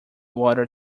water